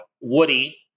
Woody